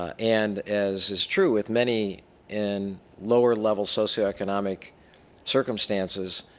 and as is true with many in lower level socio economic circumstances,